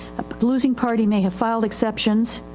the losing party may have filed exceptions.